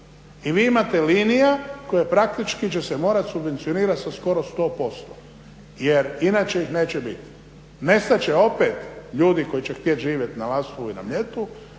I vi imate linija koje praktički će se morati subvencionirati sa skoro 100%, jer inače ih neće biti, nestat će opet ljudi koji će htjet živjeti na Lastovu i na Mljetu,